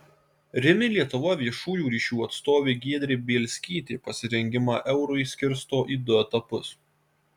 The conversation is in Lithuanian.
rimi lietuva viešųjų ryšių atstovė giedrė bielskytė pasirengimą eurui skirsto į du etapus